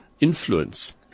influence